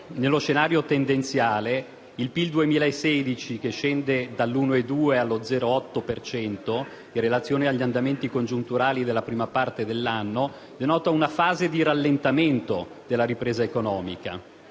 nello scenario tendenziale il PIL 2016, che scende dall'1,2 allo 0,8 per cento in relazione agli andamenti congiunturali della prima parte dell'anno, denota una fase di rallentamento della crescita economica.